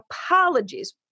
apologies